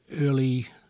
early